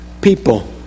people